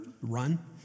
run